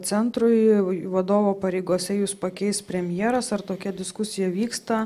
centrui vadovo pareigose jus pakeis premjeras ar tokia diskusija vyksta